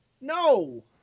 no